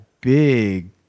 big